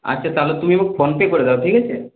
আচ্ছা তাহলে তুমি আমায় ফোন পে করে দাও ঠিক আছে